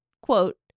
quote